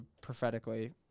prophetically